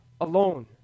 alone